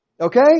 Okay